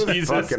Jesus